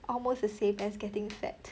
almost the same as getting fat